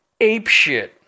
apeshit